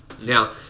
Now